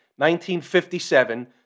1957